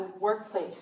workplace